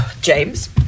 James